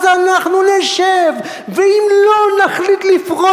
אז אנחנו נשב ואם לא נחליט לפרוש,